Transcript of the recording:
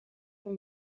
een